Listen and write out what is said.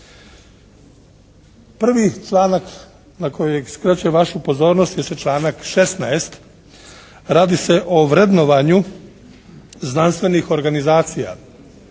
Prvi članak na koji skrećem vašu pozornost jeste članak 16. Radi se o vrednovanju znanstvenih organizacija.